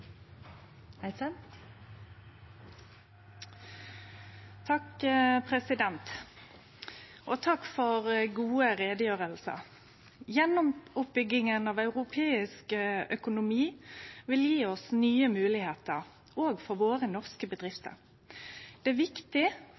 Takk for gode utgreiingar. Gjenoppbygginga av europeisk økonomi vil gje oss nye moglegheiter, òg for våre norske bedrifter. Det er viktig